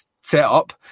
setup